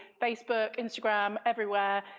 facebook, instagram, everywhere,